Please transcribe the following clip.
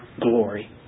glory